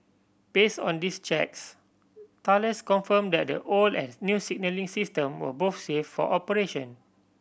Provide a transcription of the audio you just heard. base on these checks Thales confirmed that the old and new signalling system were both safe for operation